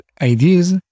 ideas